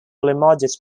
limoges